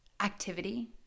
activity